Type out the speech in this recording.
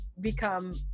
become